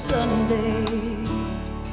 Sundays